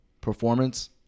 performance